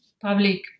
public